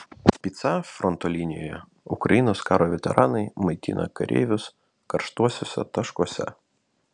pica fronto linijoje ukrainos karo veteranai maitina kareivius karštuosiuose taškuose